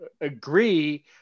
agree